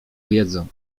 wiedzą